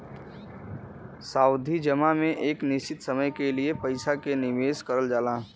सावधि जमा में एक निश्चित समय के लिए पइसा क निवेश करल जाला